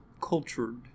cultured